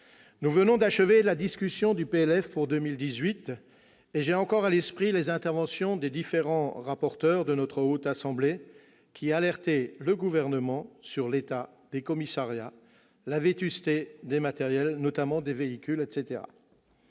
Nous venons d'achever la discussion du projet de loi de finances pour 2018, et j'ai encore à l'esprit les interventions des différents rapporteurs de notre Haute Assemblée, qui alertaient le Gouvernement sur l'état des commissariats, la vétusté des matériels, notamment des véhicules, etc.